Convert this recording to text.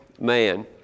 man